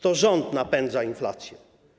To rząd napędza inflację.